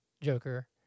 Joker